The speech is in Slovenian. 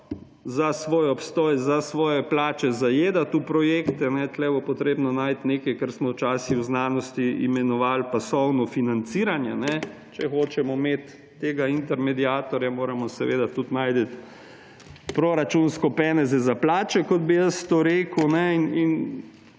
za svoj obstoj, za svoje plače zajedati v projekte. Tukaj bo potrebno najti nekaj, kar smo včasih v znanosti imenovali pasovno financiranje; če hočemo imeti tega intermediatorja, moramo tudi najti proračunsko peneze za plače, kot bi jaz to rekel,